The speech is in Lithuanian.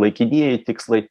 laikinieji tikslai